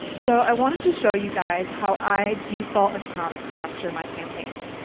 so i wanted to show you guys how i default account structure my campaigns.